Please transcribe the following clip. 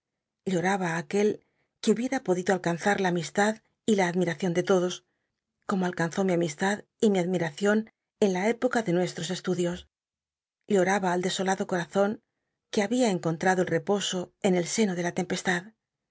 lloraba ü aquel que hubiera podido alcanzar la amistad y la adm iracion de lodos como alcanzó mi am istad y miadmiracion en la época de nuestros estudios lloraba al desolado corazon que babia encontrado el reposo en el seno de la tempestad